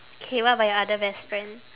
K what about your other best friend